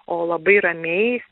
o labai ramiai